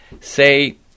say